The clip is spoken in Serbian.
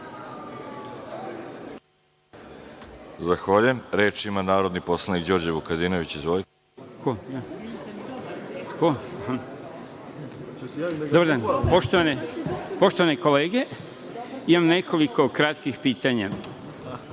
Zahvaljujem. Reč ima narodni poslanik Đorđe Vukadinović. Izvolite. **Đorđe Vukadinović** Poštovane kolege, imam nekoliko kratkih pitanja. Prvo